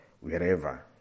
wherever